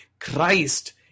Christ